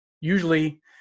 usually